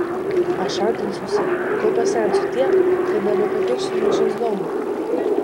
aš jaudinsiuosi kol pasensiu tiek kad nebepakilsiu nuo šezlongo